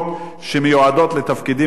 שמיועדות לתפקידים אחרים?